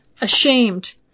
ashamed